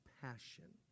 passion